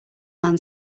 man